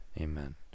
Amen